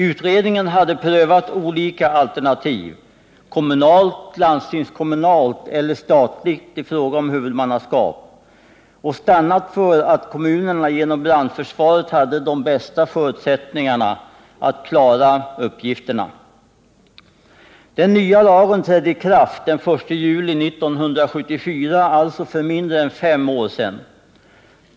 Utredningen hade prövat olika alternativ — kommunalt, landstingskommunalt eller statligt — i fråga om huvudmannaskap och stannat för att kommunerna genom brandförsvaret hade de bästa förutsättningarna att klara uppgifterna. Den nya lagen trädde i kraft den 1 juli 1974, alltså för mindre än fem år sedan.